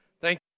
Thank